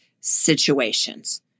situations